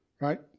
right